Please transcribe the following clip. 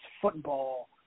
football